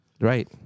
Right